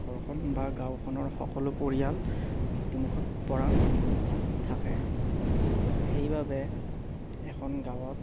ঘৰখন বা গাঁওখনৰ সকলো পৰিয়াল মৃত্যুমুখত পৰাৰ সম্ভাৱনা থাকে সেইবাবে এখন গাঁৱত